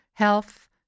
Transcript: health